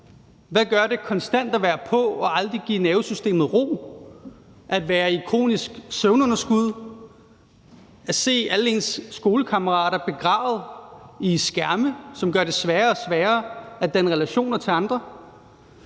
Hvad gør det konstant at være på og aldrig give nervesystemet ro, at være i kronisk søvnunderskud og at se alle ens skolekammerater begravet i skærme, som gør det sværere og sværere at danne relationer til andre?